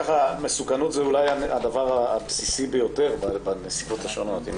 מסוכנות זה אולי הדבר הבסיס ביותר בנסיבות השונות.